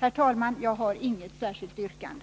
Herr talman! Jag har inget särskilt yrkande.